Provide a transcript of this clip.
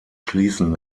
schließen